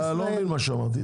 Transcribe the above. אתה לא מבין מה שאמרתי.